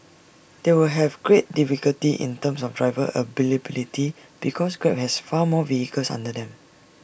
they will have great difficulty in terms of driver availability because grab has far more vehicles under them